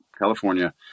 California